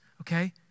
okay